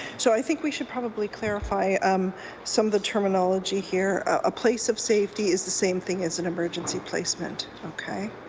so i think we should probably clarify um some of the terminology here. a place of safety is the same thing as an emergency placement. ok?